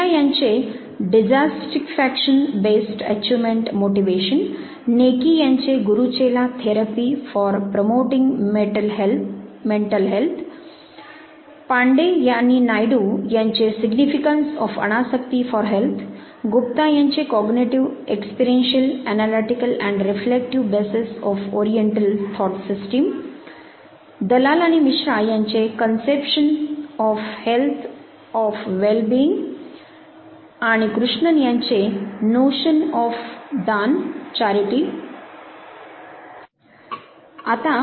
मेहता यांचे 'dissatisfaction based achievement motivation' Neki यांचे 'guru chela therapy for promoting mental health' Pande आणि नायडू यांचे 'significance of anasakti for health' Gupta यांचे 'cognitive experiential analytical and reflective bases of oriental thought system' Cognitive experiential analytical and reflective bases of oriental thought system Dalal आणि मिश्रा यांचे 'conception of health and well being' आणि कृष्णन यांचे 'notion of daan charity' Notion of DaanCharity